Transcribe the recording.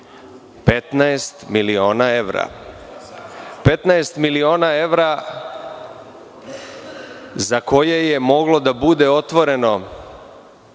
15 miliona evra. Petnaest miliona evra za koje je moglo da bude otvoreno